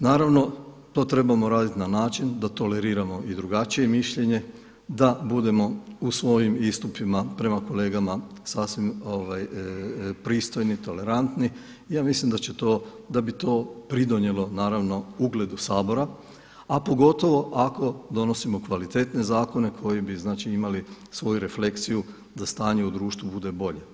Naravno to trebamo raditi na način da toleriramo i drugačije mišljenje, da budemo u svojim istupima prema kolegama sasvim pristojni, tolerantni i ja mislim da bi to pridonijelo naravno ugledu Sabora a pogotovo ako donosimo kvalitetne zakone koji bi znači imali svoju refleksiju da stanje u društvu bude bolje.